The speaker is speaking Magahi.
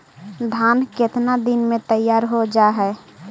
धान केतना दिन में तैयार हो जाय है?